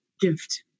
gift